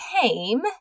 came